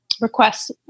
requests